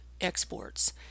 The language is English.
exports